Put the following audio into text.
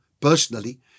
personally